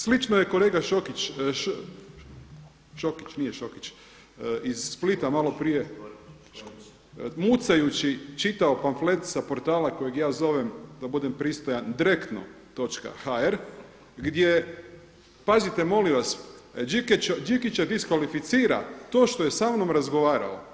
Slično je kolega Šokić, nije Šokić iz Splita malo prije, mucajući čitao pamflet sa portala kojeg ja zovem da budem pristojan drekno.hr gdje pazite molim vas Đikića diskvalificira to što je sa mnom razgovarao.